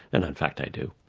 and in fact i do.